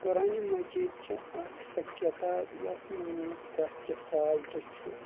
قرانِ مجیٖد چھےٚ اَکھ سۄ کِتاب یَتھ منٛز نہٕ کانٛہہ تہِ فالٹ چھُ